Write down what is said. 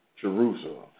Jerusalem